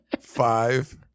five